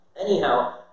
Anyhow